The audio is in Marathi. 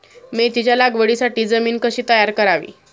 मेथीच्या लागवडीसाठी जमीन कशी तयार करावी?